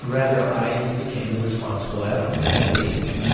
rather, i became the responsible adult at that age.